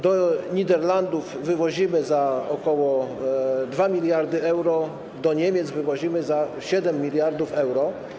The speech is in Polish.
Do Niderlandów wywozimy za ok. 2 mld euro, do Niemiec wywozimy za 7 mld euro.